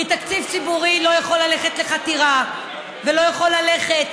כי תקציב ציבורי לא יכול ללכת לחתירה ולא יכול ללכת